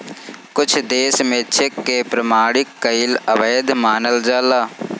कुछ देस में चेक के प्रमाणित कईल अवैध मानल जाला